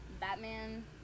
Batman